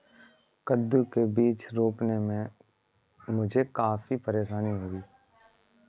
कद्दू के बीज रोपने में मुझे काफी परेशानी हुई